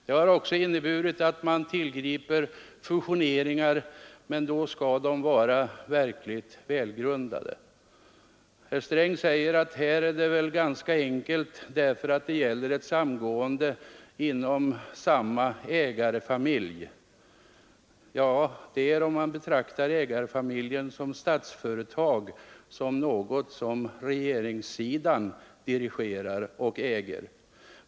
Det kan medföra att man tillgriper fusioneringar, men då skall de vara verkligt välgrundade. Herr Sträng säger att här är det väl ganska enkelt, för det gäller ett samgående inom samma ägarefamilj. Ja, det är det om man betraktar ägarefamiljen som statsföretag, något som regeringssidan dirigerar och äger.